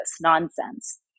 nonsense